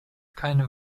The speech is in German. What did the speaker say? keine